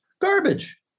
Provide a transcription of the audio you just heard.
garbage